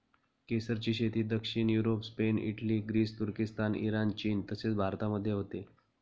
केसरची शेती दक्षिण युरोप, स्पेन, इटली, ग्रीस, तुर्किस्तान, इराण, चीन तसेच भारतामध्ये होते